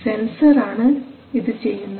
sensor ആണ് ഇത് ചെയ്യുന്നത്